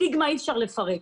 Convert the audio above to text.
סטיגמה אי אפשר לפרק.